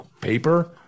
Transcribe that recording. paper